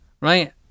right